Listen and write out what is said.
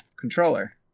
controller